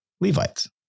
Levites